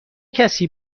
کسی